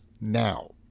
now